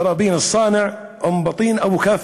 תראבין-אלסאנע, אום-בטין, אבו-כף,